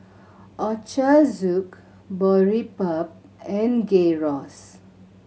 Ochazuke Boribap and Gyros